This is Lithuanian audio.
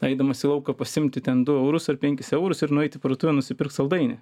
eidamas į lauką pasiimti ten du eurus ar penkis eurus ir nueit į parduotuvę nusipirkt saldainį